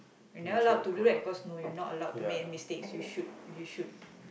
you're not allowed to do that cause you are not allowed to make a mistakes you should you should